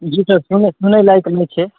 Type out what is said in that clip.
जी sir सुनै सुनै लायक नहि छै